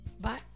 Bye